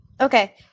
Okay